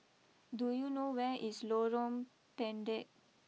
do you know where is Lorong Pendek